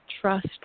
trust